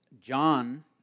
John